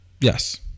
Yes